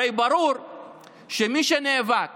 הרי ברור שמי שנאבק